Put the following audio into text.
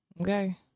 okay